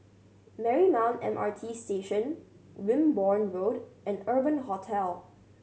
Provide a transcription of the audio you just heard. Marymount M R T Station Wimborne Road and Urban Hostel